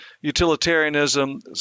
utilitarianism